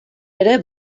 ere